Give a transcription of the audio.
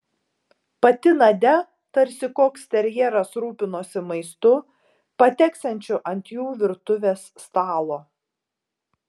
pati nadia tarsi koks terjeras rūpinosi maistu pateksiančiu ant jų virtuvės stalo